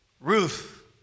Ruth